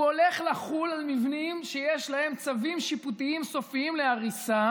הוא הולך לחול על מבנים שיש להם צווים שיפוטיים סופיים להריסה